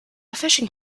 fishing